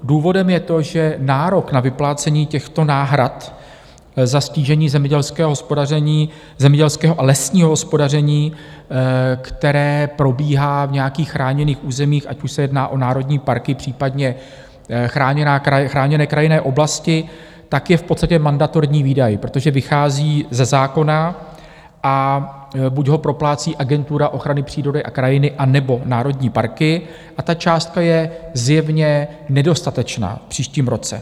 Důvodem je to, že nárok na vyplácení těchto náhrad za ztížení zemědělského hospodaření, zemědělského a lesního hospodaření, které probíhá v nějakých chráněných územích, ať už se jedná o národní parky, případně chráněné krajinné oblasti, je v podstatě mandatorní výdaj, protože vychází ze zákona, a buď ho proplácí Agentura ochrany přírody a krajiny, anebo národní parky, a ta částka je zjevně nedostatečná v příštím roce.